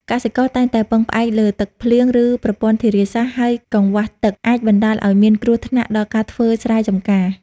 កសិករតែងតែពឹងផ្អែកលើទឹកភ្លៀង ឬប្រព័ន្ធធារាសាស្ត្រ ហើយកង្វះទឹកអាចបណ្តាលឱ្យមានគ្រោះដល់ការធ្វើស្រែចំការ។